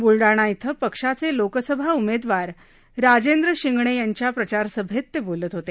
ब्लडाणा इथं पक्षाचे लोकसभा उमेदवार राजेंद्र शिंगणे यांच्या प्रचारसभेत ते बोलत होते